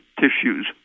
tissues